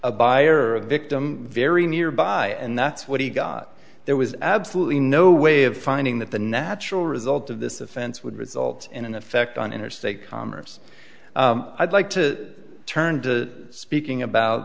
a buyer a victim very nearby and that's what he got there was absolutely no way of finding that the natural result of this offense would result in an effect on interstate commerce i'd like to turn to speaking about